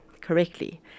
correctly